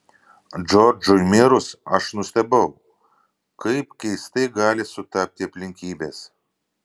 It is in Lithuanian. džordžui mirus aš nustebau kaip keistai gali sutapti aplinkybės